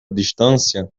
distância